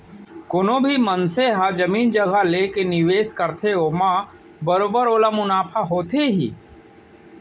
कोनो भी मनसे ह जमीन जघा लेके निवेस करथे ओमा बरोबर ओला मुनाफा होथे ही